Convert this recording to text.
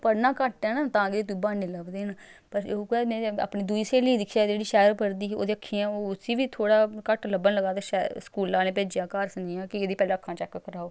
पढ़ना घट्ट ऐ न तां गै तुगी ब्हान्ने लभदे न पर उऐ अपनी दूई स्हेली दिक्खेआ जेह्ड़ी शैह्र पढ़दी ही ओह् अक्खियां ओह् उसी बी थोह्ड़ा घट्ट लब्भन लगा ते शैह्र स्कूल आह्लें भेजेआ घर सनेहा कि एह्दी पैह्लें अक्खां चेक कराओ